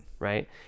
Right